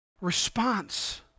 Response